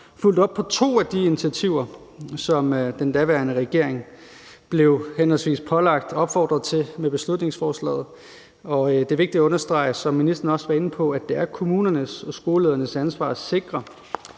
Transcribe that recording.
fulgt op på to af de initiativer, som den daværende regering med beslutningsforslaget blev henholdsvis pålagt og opfordret til at tage. Det er vigtigt at understrege, som ministeren også var inde på, at det er kommunernes og skoleledernes ansvar at sikre,